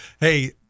hey